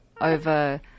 over